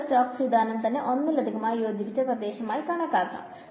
മുമ്പുള്ള സ്റ്റോക്സ് സിദ്ധാന്തം തന്നെ ഒന്നിലധികമായി യോജിപ്പിച്ച പ്രദേശമായി കണക്കാക്കാം